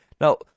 Now